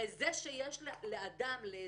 זה שיש לאדם, לאזרח,